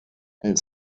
and